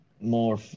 more